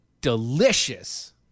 delicious